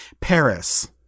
Paris